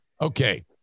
okay